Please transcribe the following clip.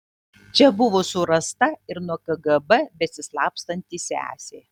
čia buvo surasta ir nuo kgb besislapstanti sesė